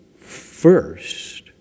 First